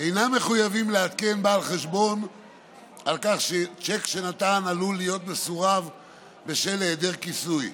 לעדכן בעל חשבון על כך שצ'ק שנתן עלול להיות מסורב בשל היעדר כיסוי,